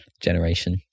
generation